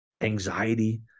anxiety